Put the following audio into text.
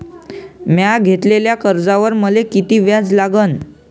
म्या घेतलेल्या कर्जावर मले किती व्याज लागन?